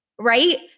right